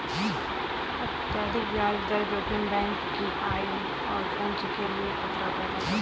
अत्यधिक ब्याज दर जोखिम बैंक की आय और पूंजी के लिए खतरा पैदा करता है